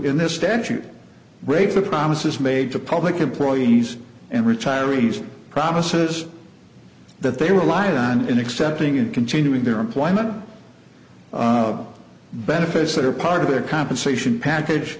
in this statute break the promises made to public employees and retirees promises that they relied on in accepting and continuing their employment benefits that are part of their compensation package